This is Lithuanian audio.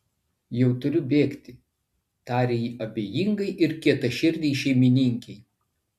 jau turiu bėgti tarė ji abejingai ir kietaširdei šeimininkei